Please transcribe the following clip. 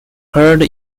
heard